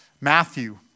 Matthew